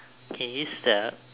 can you stop